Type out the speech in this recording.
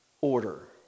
order